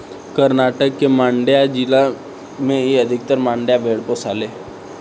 कर्नाटक के मांड्या जिला में ही अधिकतर मंड्या भेड़ पोसाले